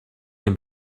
can